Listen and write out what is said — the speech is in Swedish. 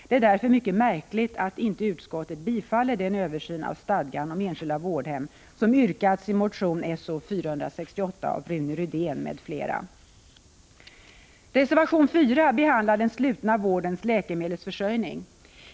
Det är därför mycket märkligt att utskottet inte tillstyrker den översyn av stadgan om enskilda vårdhem som yrkats i motion §0468 av Rune Rydén m.fl. Reservation 4 behandlar den slutna vårdens läkemedelsförsörjning.